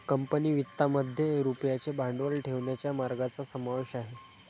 company वित्तामध्ये रुपयाचे भांडवल ठेवण्याच्या मार्गांचा समावेश आहे